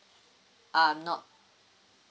um no